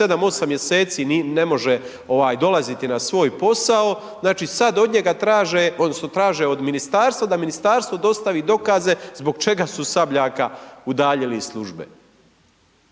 7, 8 mj. ne može dolaziti na svoj posao, znači sada od njega traže, odnosno, traže od Ministarstva, da Ministarstvo dostavi dokaze, zbog čega su Sabljaka udaljili iz službe.